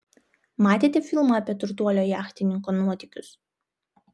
matėte filmą apie turtuolio jachtininko nuotykius